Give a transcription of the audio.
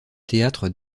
théâtre